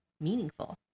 meaningful